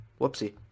Whoopsie